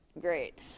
great